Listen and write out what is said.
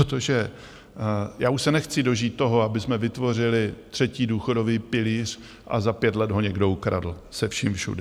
Protože já už se nechci dožít toho, abychom vytvořili třetí důchodový pilíř a za pět let ho někdo ukradl se vším všudy.